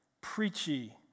preachy